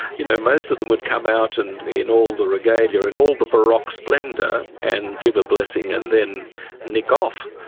you know most of them would come out and in all the regalia and all the baroque splendour and give a blessing and then nick off.